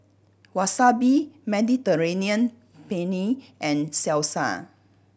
Wasabi Mediterranean Penne and Salsa